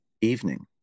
evening